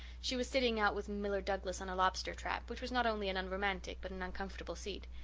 she was sitting out with miller douglas on a lobster trap which was not only an unromantic but an uncomfortable seat.